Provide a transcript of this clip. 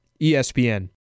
ESPN